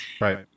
right